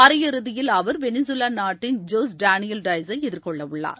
அரையிறுதியில் அவர் வெனிசுலா நாட்டின் ஜோஸ் டயஸை எதிர்கொள்ளவுள்ளார்